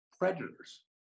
Predators